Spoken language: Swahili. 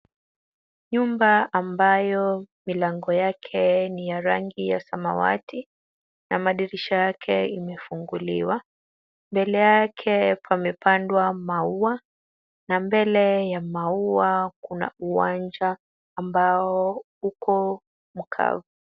Nyumba ambayo milango yake ni ya rangi ya samawati na madirisha yake yamefunguliwa. Mbele yake pamepandwa maua na mbele ya maua kuna uwanja ambao uko mkavu.